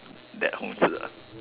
that Hong-Zi ah